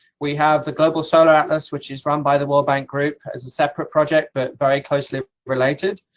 we have the global solar atlas, which is run by the world bank group, as a separate project but very closely related.